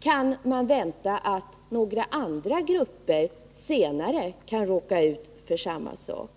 Kan man vänta att några andra grupper senare kan råka ut för samma sak?